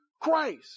Christ